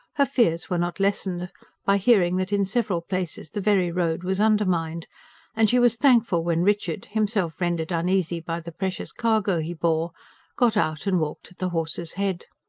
her fears were not lessened by hearing that in several places the very road was undermined and she was thankful when richard himself rendered uneasy by the precious cargo he bore got out and walked at the horse's head.